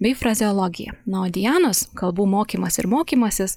bei frazeologija na o dianos kalbų mokymas ir mokymasis